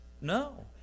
No